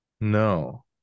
No